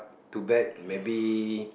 too bad maybe